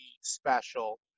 special